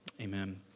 Amen